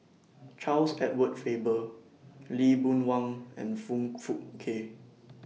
Charles Edward Faber Lee Boon Wang and Foong Fook Kay